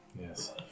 Yes